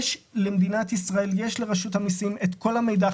יש לרשות המיסים את כל המידע,